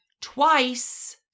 twice